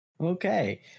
okay